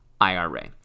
IRA